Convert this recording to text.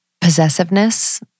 Possessiveness